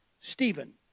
Stephen